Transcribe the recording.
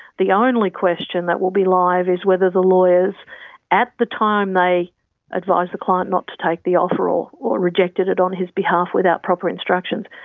the only question that will be live is whether the lawyers at the time they advise the client not to take the offer or or rejected it on his behalf without proper instructions,